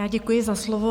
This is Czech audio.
Děkuji za slovo.